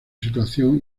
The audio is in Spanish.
situación